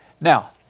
Now